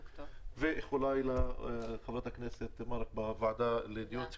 איחוליי גם לחברת הכנסת מארק בוועדה לדיור הציבורי,